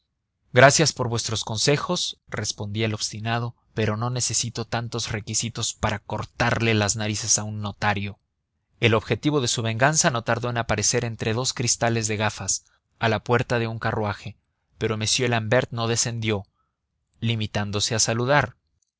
gracias por vuestros consejos respondía el obstinado pero no necesito tantos requisitos para cortarle las narices a un notario el objetivo de su venganza no tardó en aparecer entre dos cristales de gafas a la puerta de un carruaje pero m l'ambert no descendió limitándose a saludar